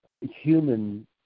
human